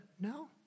no